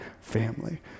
family